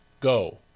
go